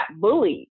bullied